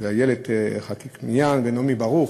איילת חאקימיאן, נעמי ברוך,